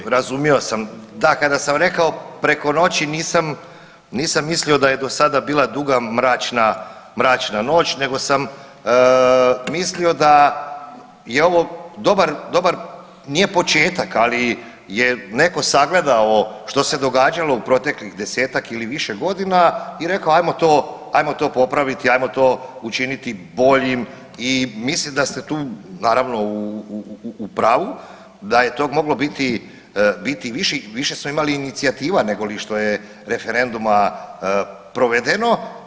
Je, razumio sam, da kada sam rekao preko noći nisam, nisam mislio da je do sada bila duga mračna, mračna noć nego sam mislio da je ovo dobar, dobar, nije početak, ali je netko sagledao što se događalo u proteklih 10-tak ili više godina i rekao ajmo to, ajmo to popraviti, ajmo to učiniti boljim i mislim da ste tu naravno u pravu, da je tog moglo biti, biti više i više smo imali inicijativa negoli što je referenduma provedeno.